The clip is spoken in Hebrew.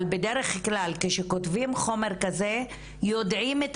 אבל בדרך-כלל כשכותבים חומר כזה יודעים את